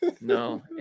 No